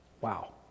Wow